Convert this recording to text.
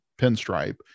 pinstripe